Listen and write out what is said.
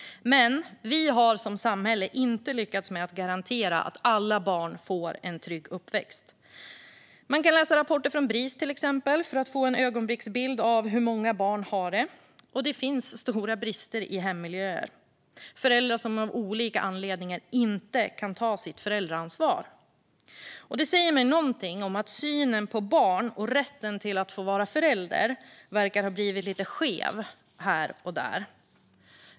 Men vi har som samhälle inte lyckats med att garantera att alla barn får en trygg uppväxt. Man kan läsa rapporter från till exempel Bris för att få en ögonblicksbild av hur många barn har det. Det finns stora brister i hemmiljöer och föräldrar som av olika anledningar inte kan ta sitt föräldraansvar. Det säger mig någonting om att synen på barn och på rätten att vara förälder verkar ha blivit lite skev här och där.